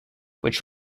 which